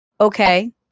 Okay